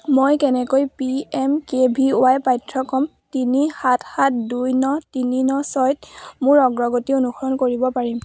মই কেনেকৈ P M K V Y পাঠ্যক্ৰম তিনি সাত সাত দুই ন তিনি ন ছয়ত মোৰ অগ্ৰগতি অনুসৰণ কৰিব পাৰিম